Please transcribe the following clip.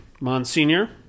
Monsignor